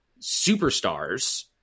superstars